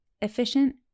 efficient